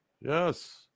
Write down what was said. Yes